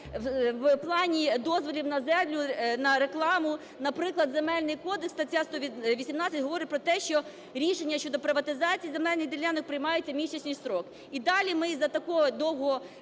в плані дозволів на землю, на рекламу. Наприклад, Земельний кодекс (стаття 118) говорить про те, що рішення щодо приватизації земельних ділянок приймається в місячний строк. І далі ми із-за такого довгого